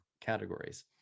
categories